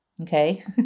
Okay